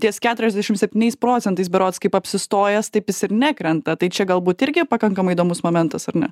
ties keturiasdešimt septyniais procentais berods kaip apsistojęs taip jis ir nekrenta tai čia galbūt irgi pakankamai įdomus momentas ar ne